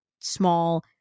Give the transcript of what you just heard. small